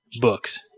books